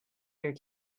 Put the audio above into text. your